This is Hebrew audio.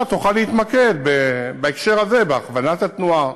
תוכל להתמקד בהקשר הזה בהכוונת התנועה